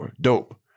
Dope